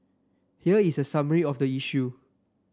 here is a summary of the issue